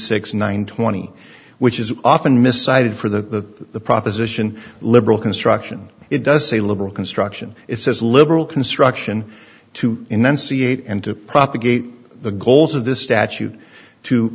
six nine twenty which is often myside for the the proposition liberal construction it does say liberal construction it says liberal construction to enunciate and to propagate the goals of this statute to